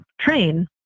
train